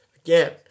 again